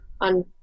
on